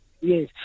Yes